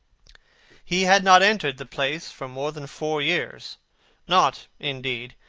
he had not entered the place for more than four years not, indeed,